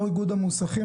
יושב-ראש איגוד המוסכים,